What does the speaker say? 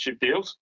deals